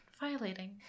violating